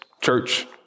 church